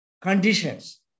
conditions